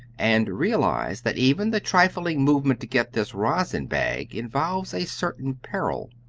and realize that even the trifling movement to get this rosin-bag involves a certain peril.